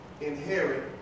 inherit